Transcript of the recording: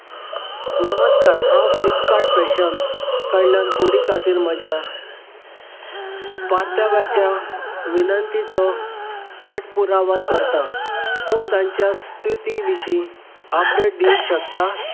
नमस्कार हांव Flipkart fashion कडल्यान फुडें खातीर म्हज्या पार्तव्याच्या विनंतीचो पाठ पुरावा करतां तूं तांच्या स्थिती विशीं अपडेट दिवंक शकता